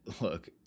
look